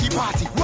party